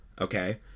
Okay